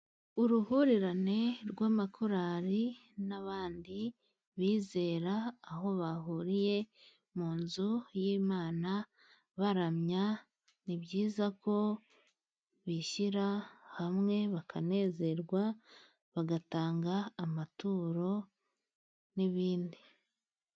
Uruhurirane rw'amakorali n'abandi bizera, aho bahuriye mu nzu y'Imana baramya, ni byiza ko bishyira hamwe bakanezerwa bagatanga amaturo n'ibindi.